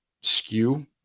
skew